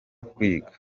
kwiga